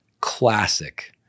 Classic